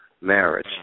marriage